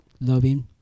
loving